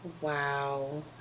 wow